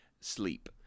sleep